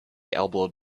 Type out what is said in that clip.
elbowed